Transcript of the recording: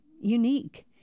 unique